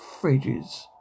Fridges